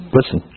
Listen